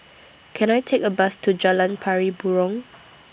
Can I Take A Bus to Jalan Pari Burong